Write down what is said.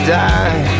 die